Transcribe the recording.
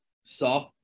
soft